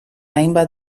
hainbat